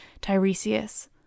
Tiresias